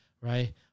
right